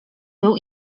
był